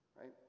right